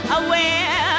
aware